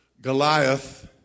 Goliath